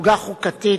בסוגיה חוקתית